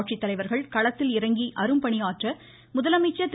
ஆட்சித்தலைவா்கள் களத்தில் இறங்கி அரும்பணியாற்ற முதலமைச்சர் திரு